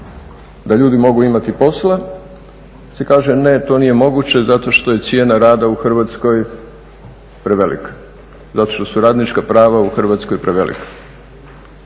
da ljudi mogu imati posla se kaže ne to nije moguće zato što je cijena rada u Hrvatskoj prevelika, zato što su radnička prava u Hrvatskoj prevelika.